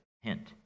hint